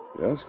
Yes